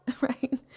right